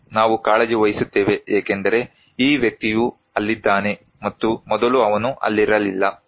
ಹೌದು ನಾವು ಕಾಳಜಿ ವಹಿಸುತ್ತೇವೆ ಏಕೆಂದರೆ ಈ ವ್ಯಕ್ತಿಯು ಅಲ್ಲಿದ್ದಾನೆ ಮತ್ತು ಮೊದಲು ಅವನು ಅಲ್ಲಿರಲಿಲ್ಲ